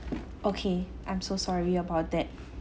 okay I'm so sorry about that